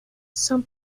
son